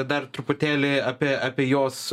dar truputėlį apie apie jos